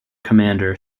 commander